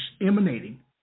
emanating